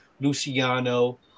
Luciano